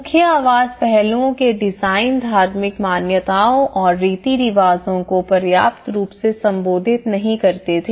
मुख्य आवास पहलुओं के डिजाइन धार्मिक मान्यताओं और रीति रिवाजों को पर्याप्त रूप से संबोधित नहीं करते थे